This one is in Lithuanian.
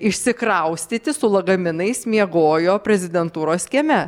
išsikraustyti su lagaminais miegojo prezidentūros kieme